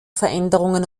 veränderung